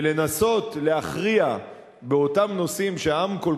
ולנסות להכריע באותם נושאים שהעם כל